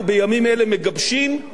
זה עניין של ימים ושבועות,